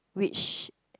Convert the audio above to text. which